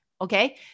Okay